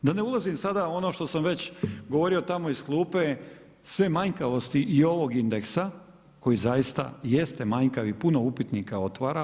Da ne ulazim sada ono što sam već govorio tamo iz klupe, sve manjkavosti i ovog indeksa, koji zaista i jeste manjkavi i puno upitnika otvara.